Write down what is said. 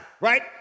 right